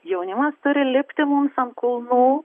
jaunimas turi lipti mums ant kulnų